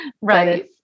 Right